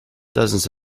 dozens